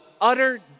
utter